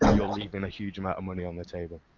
you'll leave and a huge amount of money on the table.